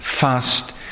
fast